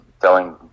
telling